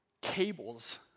cables